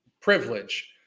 privilege